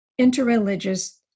interreligious